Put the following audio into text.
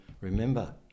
remember